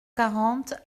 quarante